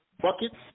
buckets